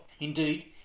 Indeed